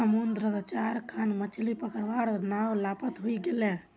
समुद्रत चार खन मछ्ली पकड़वार नाव लापता हई गेले